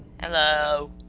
Hello